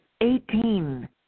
Eighteen